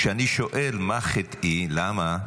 כשאני שואל מה חטאי, למה,